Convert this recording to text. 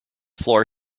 floor